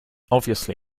obviously